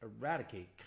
eradicate